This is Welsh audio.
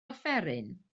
offeryn